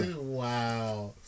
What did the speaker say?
Wow